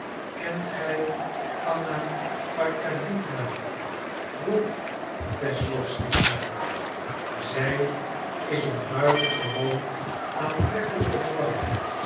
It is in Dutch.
kent gij anna arkadiewna vroeg wesslowsky haar zij is een buitengewoon aantrekkelijke vrouw